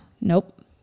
Nope